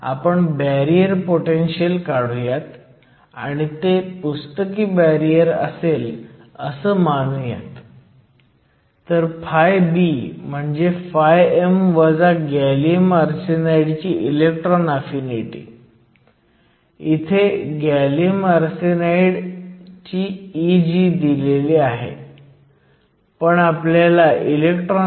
जेव्हा तुमच्याकडे reverse biased असते तेव्हा तुमच्याकडे कॅरियर्सची थर्मल जनरेशन या डिप्लीशन रिजनमध्ये असते आणि कॅरियर्सची ही थर्मल जनरेशन तुमच्या रिव्हर्स करंटसाठी जबाबदार असते